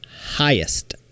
highest